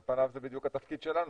על פניו זה בדיוק התפקיד שלנו,